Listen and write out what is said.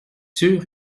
sûr